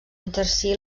exercí